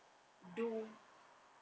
do